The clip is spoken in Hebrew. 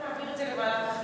להעביר את זה לוועדת החינוך.